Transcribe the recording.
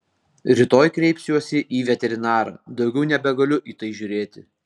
rytoj kreipsiuosi į veterinarą daugiau nebegaliu į tai žiūrėti